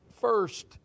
first